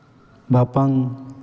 ᱵᱷᱟᱯᱟᱝ